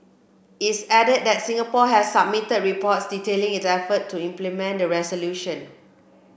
it added that Singapore had submitted reports detailing its efforts to implement the resolution